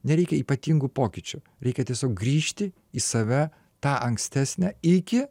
nereikia ypatingų pokyčių reikia tiesiog grįžti į save tą ankstesnę iki